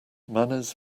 manners